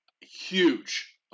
huge